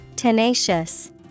Tenacious